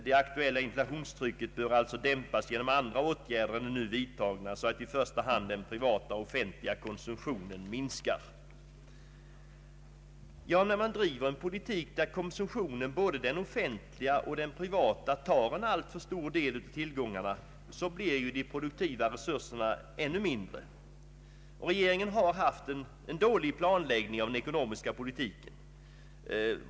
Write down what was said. Det aktuella inflationstrycket bör alltså dämpas genom andra åtgärder än de nu vidtagna så att i första hand den privata och offentliga konsumtionen När man driver en politik där konsumtionen — både den offentliga och den privata — tar en stor del av till gångarna blir de produktiva resurserna mindre. Regeringen har haft en dålig planläggning av den ekonomiska politi ken.